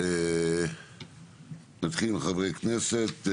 נתחיל עם חברי הכנסת.